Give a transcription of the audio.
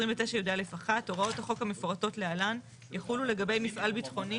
29 (י"א) 1 הוראות החוק המפורטות להלן יחולו לגבי מפעל ביטחוני